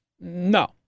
No